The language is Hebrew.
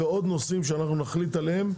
ועוד נושאים שאנחנו נחליט עליהם,